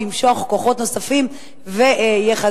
שימשוך כוחות נוספים ויחזק.